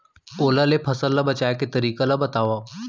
ओला ले फसल ला बचाए के तरीका ला बतावव?